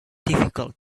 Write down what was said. difficult